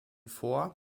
vor